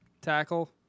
tackle